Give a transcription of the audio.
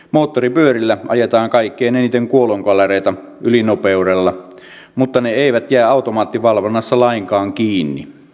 moottoripyörillä ajetaan kaikkein eniten kuolonkolareita ylinopeudella mutta ne eivät jää automaattivalvonnassa lainkaan kiinni